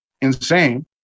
insane